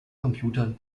computern